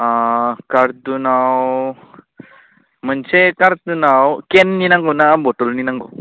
अ खार्टुनाव मोनसे खार्टुनाव केननि नांगौ ना बथलनि नांगौ